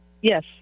Yes